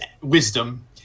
wisdom